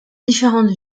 différentes